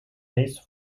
eis